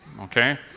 Okay